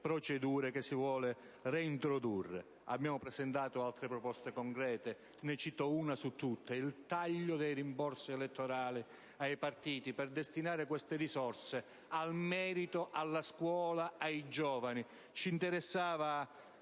**(ore 12,08)** (*Segue* BRUNO). Abbiamo presentato altre proposte concrete. Ne cito una su tutte: il taglio dei rimborsi elettorali ai partiti per destinare queste risorse al merito, alla scuola, ai giovani. Ci interessava